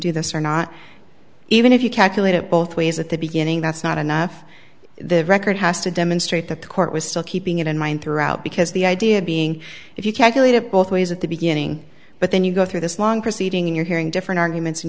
do this or not even if you calculate it both ways at the beginning that's not enough the record has to demonstrate that the court was still keeping it in mind throughout because the idea being if you calculate it both ways at the beginning but then you go through this long proceeding you're hearing different arguments and